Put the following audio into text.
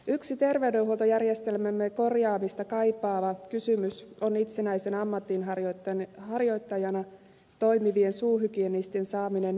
yksi terveydenhuoltojärjestelmämme korjaamista kaipaava kysymys on itsenäisenä ammatinharjoittajana toimivien suuhygienistien saaminen sairausvakuutuskorvausten piiriin